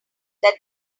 that